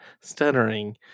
stuttering